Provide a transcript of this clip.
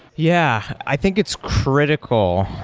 yeah. i think it's critical.